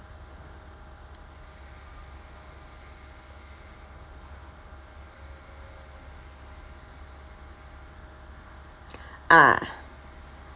ah